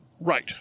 Right